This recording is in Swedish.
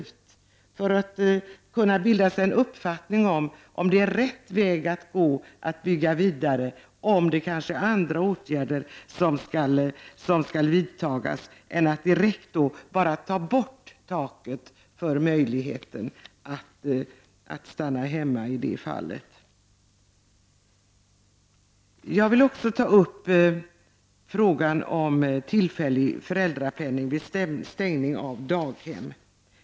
Det måste man göra för att kunna bilda sig en uppfattning om den inslagna vägen är den rätta eller om kanske andra åtgärder bör vidtas. Det kan inte vara riktigt att bara ta bort taket på 120 dagar, dvs. den tid under vilken tillfällig föräldrapenning kan utgå. Jag skall också kommentera frågan om tillfällig föräldrapenning vid stängning av daghem.